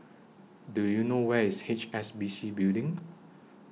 Do YOU know Where IS H S B C Building